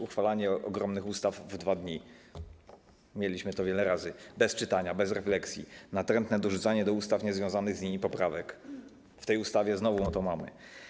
Uchwalanie ogromnych ustaw w 2 dni, mieliśmy to już wiele razy: bez czytania, bez refleksji, natrętne dorzucanie do ustaw niezwiązanych z nimi poprawek, w tej ustawie znowu to mamy.